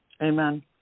Amen